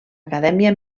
acadèmia